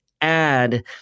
add